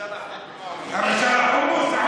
משל החומוס.